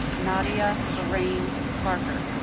nadia laraen parker